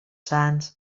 sants